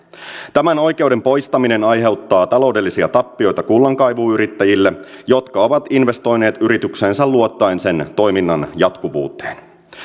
tämän oikeuden poistaminen aiheuttaa taloudellisia tappioita kullankaivuuyrittäjille jotka ovat investoineet yritykseensä luottaen sen toiminnan jatkuvuuteen